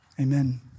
Amen